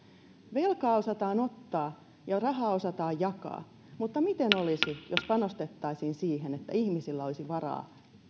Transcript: velkaa osataan ottaa ja rahaa osataan jakaa mutta miten olisi jos panostettaisiin siihen että ihmisillä olisi varaa